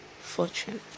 fortune